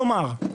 כלומר,